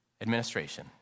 Administration